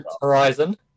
horizon